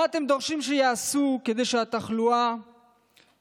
מה אתם דורשים שיעשו כדי שהתחלואה תיעצר?